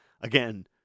again